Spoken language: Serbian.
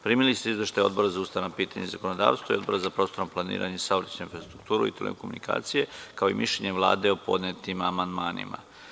Primili ste izveštaje Odbora za ustavna pitanja i zakonodavstvo i Odbora za prostorno planiranje, saobraćaj, infrastrukturu i telekomunikacije, kao i mišljenje Vlade o podnetim amandmanima.